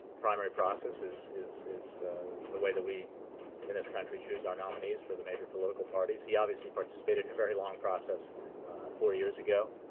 primary process is is the way that we in this country choose our nominees for the major political parties. he obviously participated in a very long process four years ago,